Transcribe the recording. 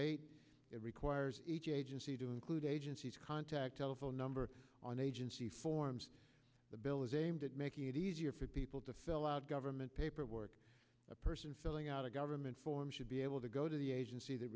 eight it requires each agency to include agencies contact telephone number on agency forms the bill is aimed at making it easier for people to fill out government paperwork a person filling out a government form should be able to go to the agency that